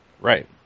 Right